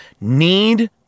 need